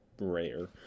rare